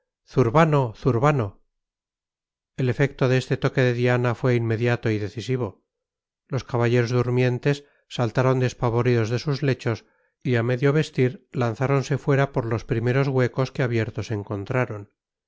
zurbano zurbano el efecto de este toque de diana fue inmediato y decisivo los caballeros durmientes saltaron despavoridos de sus lechos y a medio vestir lanzáronse fuera por los primeros huecos que abiertos encontraron